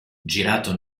girato